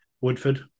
Woodford